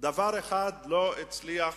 דבר אחד לא הצליח,